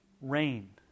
Rain